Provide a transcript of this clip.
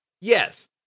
Yes